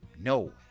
No